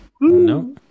No